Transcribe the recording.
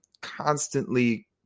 constantly